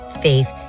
faith